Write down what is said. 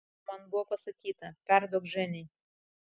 man buvo pasakyta perduok ženiai